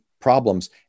problems